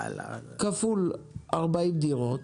כפול 60 דירות,